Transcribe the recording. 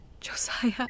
Josiah